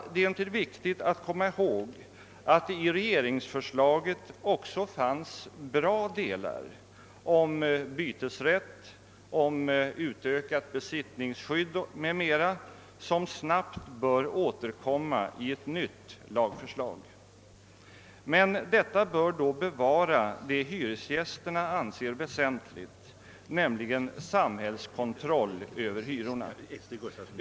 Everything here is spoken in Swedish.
Det är emellertid viktigt att komma ihåg att det i regeringsförslaget också fanns bra delar — om bytesrätt, om utökat besittningsskydd m.m. — som snart bör återkomma i ett nytt lagförslag. Men i detta bör man bevara det som hyresgästerna anser väsentligt, nämligen samhällskontroll över hyrorna.